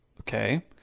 Okay